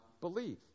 believe